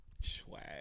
Swag